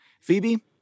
Phoebe